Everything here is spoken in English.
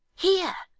here